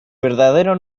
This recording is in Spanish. verdadero